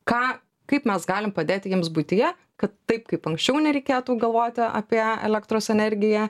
ką kaip mes galim padėti jiems buityje kad taip kaip anksčiau nereikėtų galvoti apie elektros energiją